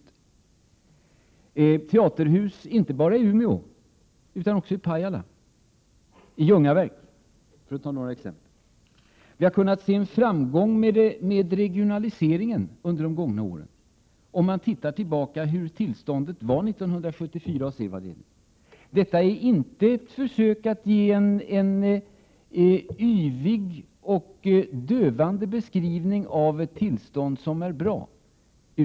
Vi har teaterhus inte bara i Umeå, utan också i Pajala och i Ljungaverk för att ta några exempel. Vi har kunnat se en framgång med regionaliseringen under de gångna åren, om man jämför med tillståndet 1974. Detta är inte ett försök att ge en yvig och dövande beskrivning av ett tillstånd som är bra.